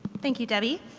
thank you debbie.